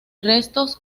restos